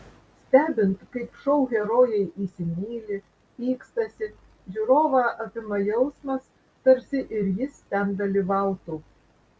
stebint kaip šou herojai įsimyli pykstasi žiūrovą apima jausmas tarsi ir jis ten dalyvautų